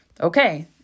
okay